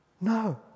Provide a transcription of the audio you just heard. no